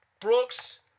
Brooks